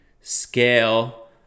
scale